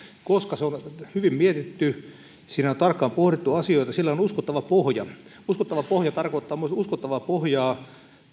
koska se on hyvin mietitty siinä on tarkkaan pohdittu asioita sillä on uskottava pohja uskottava pohja tarkoittaa myös uskottavaa pohjaa